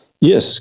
Yes